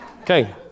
Okay